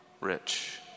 rich